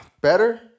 Better